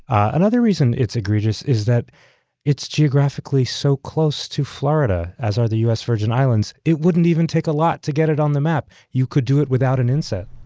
another reason it's egregious is that it's geographically so close to florida, as are the u s. virgin islands. it wouldn't even take a lot to get it on the map. you could do it without an inset.